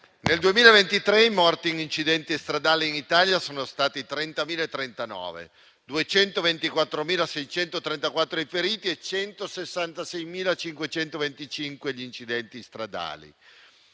nel 2023 i morti in incidenti stradali in Italia sono stati 3.039, 224.634 i feriti e 166.525 gli incidenti stradali.